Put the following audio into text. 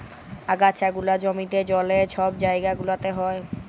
আগাছা গুলা জমিতে, জলে, ছব জাইগা গুলাতে হ্যয়